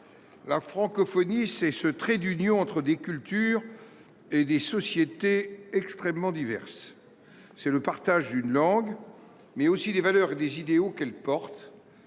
La francophonie, c’est ce trait d’union entre des cultures et des sociétés extrêmement diverses, c’est le partage d’une langue, mais aussi des valeurs et des idéaux qu’elle porte